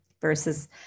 versus